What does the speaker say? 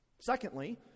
Secondly